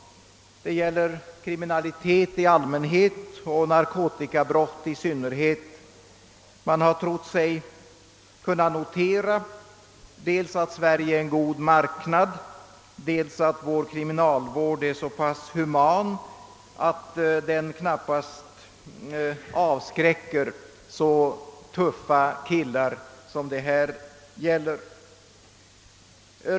Det gäller kriminalitet i allmänhet och narkotikabrott i synnerhet. Man har trott sig kunna notera dels att Sverige är en god marknad, dels att vår kriminalvård är så pass human, att den knappast avskräcker så »tuffa killar» som det här gäller.